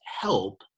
help